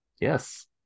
yes